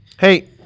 Hey